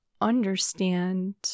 understand